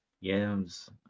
yams